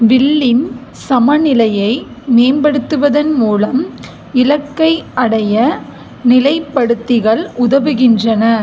வில்லின் சமநிலையை மேம்படுத்துவதன் மூலம் இலக்கை அடைய நிலைப்படுத்திகள் உதவுகின்றன